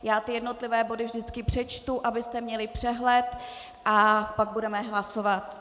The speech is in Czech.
Já jednotlivé body vždycky přečtu, abyste měli přehled, a pak budeme hlasovat.